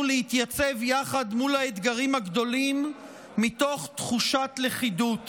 להתייצב יחד מול האתגרים הגדולים מתוך תחושת לכידות.